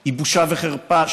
היא בושה וחרפה.